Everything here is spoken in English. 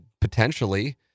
potentially